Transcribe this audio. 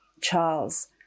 Charles